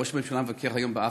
ראש הממשלה מבקר היום באפריקה.